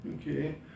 Okay